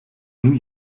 new